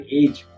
age